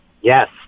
Yes